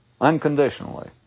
unconditionally